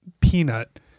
Peanut